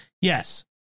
Yes